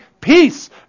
Peace